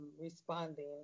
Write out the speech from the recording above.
responding